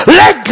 let